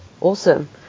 Awesome